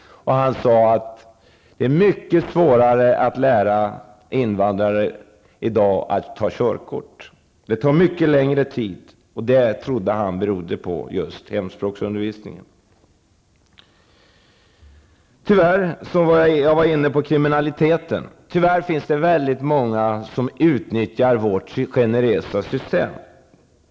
Han sade att det är mycket svårare att lära invandrare i dag att köra bil. Det tar mycket längre tid. Det trodde han berodde på just hemspråksundervisningen. Jag var inne på kriminaliteten förut. Det finns tyvärr väldigt många som utnyttjar vårt generösa system.